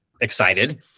excited